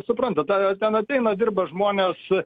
suprantu ten a ten ateina dirba žmonės